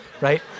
right